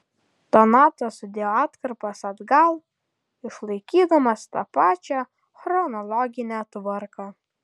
donatas sudėjo atkarpas atgal išlaikydamas tą pačią chronologinę tvarką